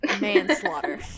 manslaughter